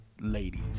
Ladies